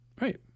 Right